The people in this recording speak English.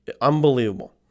Unbelievable